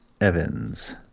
Evans